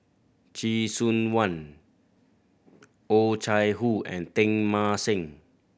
Chee Soon One Oh Chai Hoo and Teng Mah Seng